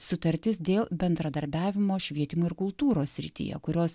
sutartis dėl bendradarbiavimo švietimo ir kultūros srityje kurios